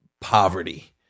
poverty